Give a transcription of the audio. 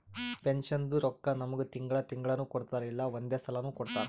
ಪೆನ್ಷನ್ದು ರೊಕ್ಕಾ ನಮ್ಮುಗ್ ತಿಂಗಳಾ ತಿಂಗಳನೂ ಕೊಡ್ತಾರ್ ಇಲ್ಲಾ ಒಂದೇ ಸಲಾನೂ ಕೊಡ್ತಾರ್